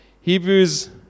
Hebrews